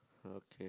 okay